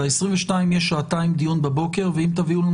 ב-22 יש דיון בן שעתיים בבוקר ואם תביאו לנו